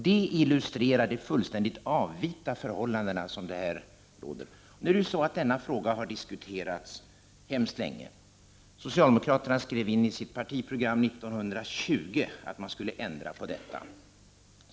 Det illustrerar de fullständigt avvita förhållanden som här råder. Denna fråga har diskuterats mycket länge. Socialdemokraterna skrev in i sitt partiprogram 1920 att man skulle ändra på detta.